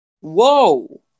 Whoa